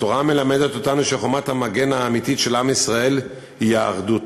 התורה מלמדת אותנו שחומת המגן האמיתית של עם ישראל היא האחדות.